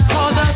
Cause